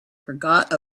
forgot